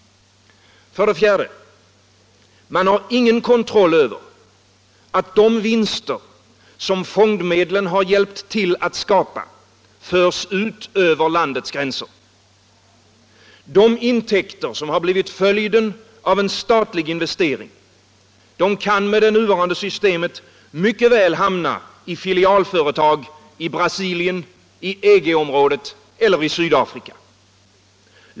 4. Man har ingen kontroll över att de vinster fondmedlen hjälpt till att skapa inte förs ut över landets gränser. De intäkter som blivit följden av en statlig investering kan mycket väl hamna i filialföretag i Brasilien, inom EG-området eller i Sydafrika.